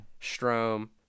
Strom